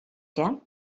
què